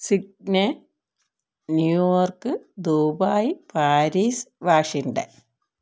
Sydney New York Dubai Paris Washington